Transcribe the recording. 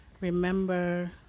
remember